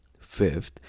fifth